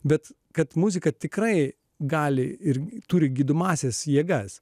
bet kad muzika tikrai gali ir turi gydomąsias jėgas